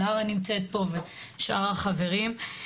לארה נמצאת פה ושאר החברים.